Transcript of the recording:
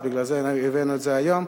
לכן הבאנו את החוק היום.